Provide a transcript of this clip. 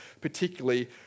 particularly